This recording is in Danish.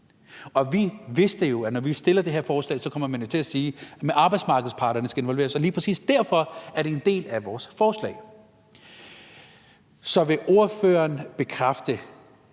Vi vidste jo, at når vi fremsatte det her forslag, så ville man sige, at arbejdsmarkedets parter skulle involveres, og lige præcis derfor er det en del af vores forslag. Så vil ordføreren bekræfte,